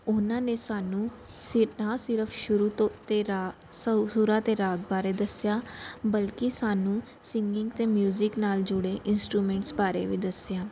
ਉਹਨਾਂ ਨੇ ਸਾਨੂੰ ਸਿ ਨਾ ਸਿਰਫ ਸ਼ੁਰੂ ਤੋਂ ਅਤੇ ਰਾਗ ਸੁਰਾਂ ਅਤੇ ਰਾਗ ਬਾਰੇ ਦੱਸਿਆ ਬਲਕਿ ਸਾਨੂੰ ਸਿੰਗਿੰਗ ਅਤੇ ਮਿਊਜ਼ਿਕ ਨਾਲ ਜੁੜੇ ਇੰਸਟਰੂਮੈਂਟਸ ਬਾਰੇ ਵੀ ਦੱਸਿਆ